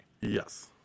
Yes